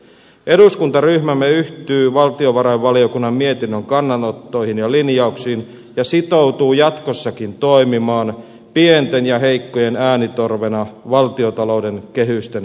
eduskuntaryhmämme yhtyy valtiovarainvaliokunnan mietinnön kannanottoihin ja linjauksiin ja sitoutuu jatkossakin toimimaan pienten ja heikkojen äänitorvena valtiontalouden kehysten sisäpuolella